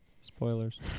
Spoilers